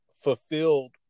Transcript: fulfilled